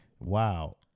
Wow